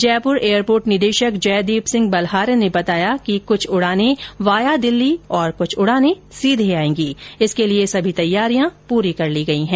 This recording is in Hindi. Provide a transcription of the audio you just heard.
जयपुर एयरपोर्ट निदेशक जयदीप सिंह बलहारा ने बताया कि क्छ उड़ानें वाया दिल्ली तथा कुछ उड़ानें सीधे आएगी जिसके लिए सभी तैयारियां पूरी कर ली गयी हैं